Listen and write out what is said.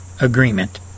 agreement